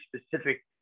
specific